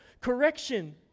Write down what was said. correction